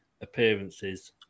appearances